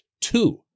Two